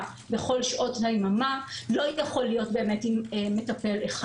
בכל שעות היממה לא יכול להיות באמת עם מטפל אחד.